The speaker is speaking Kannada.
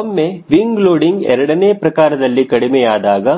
ಒಮ್ಮೆ ವಿಂಗ ಲೋಡಿಂಗ್ ಎರಡನೇ ಪ್ರಕಾರದಲ್ಲಿ ಕಡಿಮೆಯಾದಾಗ